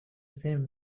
same